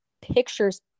pictures